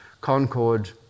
Concord